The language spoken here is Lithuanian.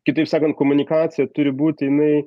kitaip sakant komunikacija turi būt jinai